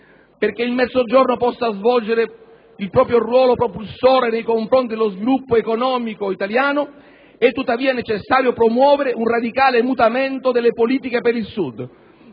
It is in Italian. Perché il Mezzogiorno possa svolgere il proprio ruolo propulsore nei confronti dello sviluppo economico italiano è tuttavia necessario promuovere un radicale mutamento nelle politiche per il Sud,